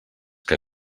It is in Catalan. que